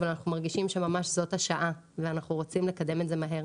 אבל אנחנו מרגישים שממש זאת השעה ואנחנו רוצים לקדם את זה מהר.